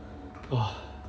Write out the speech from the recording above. !wah!